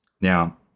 now